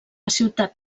ciutat